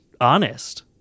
honest